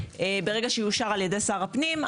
ברגע שיאושר על ידי שר הפנים,